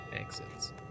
exits